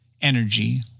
energy